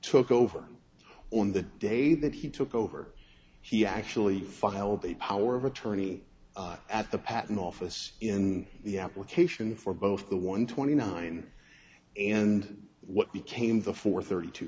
took over on the day that he took over he actually filed a power of attorney at the patent office in the application for both the one twenty nine and what became the four thirty two